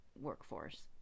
workforce